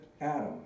Adam